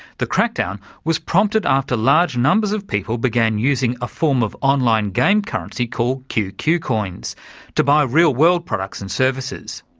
the crackdown was prompted after large numbers of people began using a form of online game currency called qq coins to buy real world products and services.